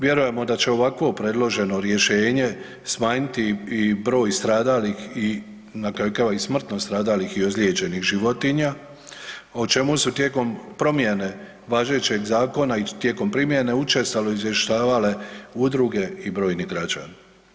Vjerujemo da će ovako predloženo rješenje smanjiti i broj stradalih i na kraju krajeva i smrtno stradalih i ozlijeđenih životinja, o čemu su tijekom promijene važećeg zakona i tijekom primjene učestalo izvještavale udruge i brojni građani.